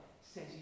says